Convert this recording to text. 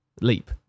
leap